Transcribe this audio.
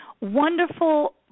wonderful